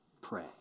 pray